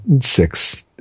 six